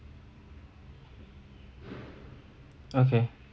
okay